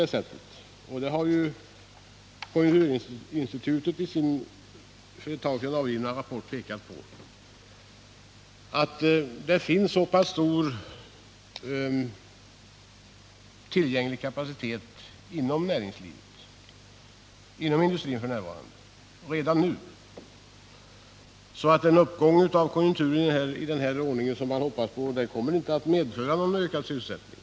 Å andra sidan har konjunkturinstitutet i sin för en tid sedan avgivna rapport pekat på att det finns en så pass stor tillgänglig kapacitet inom industrin att den uppgång i konjunkturen som man hoppas på inte kommer att medföra någon ökad sysselsättning.